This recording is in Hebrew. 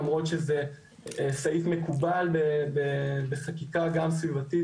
למרות שזה סעיף מקובל בחקיקה גם סביבתית